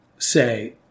say